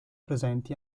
presenti